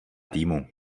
týmu